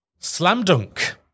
Slamdunk